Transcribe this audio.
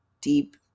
deep